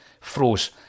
froze